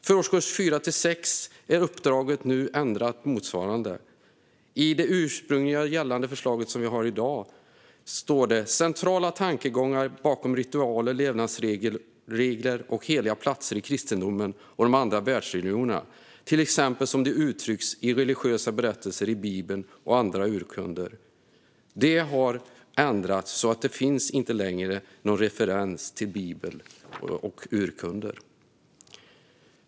För årskurs 4-6 är uppdraget nu ändrat på motsvarande sätt. I den ursprungliga plan som gäller i dag står det: centrala tankegångar bakom ritualer, levnadsregler och heliga platser i kristendomen och de andra världsreligionerna, till exempel som de uttrycks i religiösa berättelser i Bibeln och andra urkunder. Detta har ändrats så att det inte längre finns någon referens till Bibeln och andra urkunder.